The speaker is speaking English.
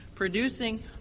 producing